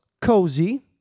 Cozy